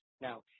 Now